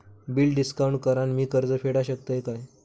Bill discount करान मी कर्ज फेडा शकताय काय?